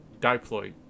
diploid